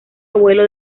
abuelo